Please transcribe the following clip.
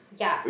ya